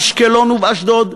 באשקלון ובאשדוד.